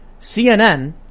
CNN